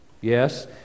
Yes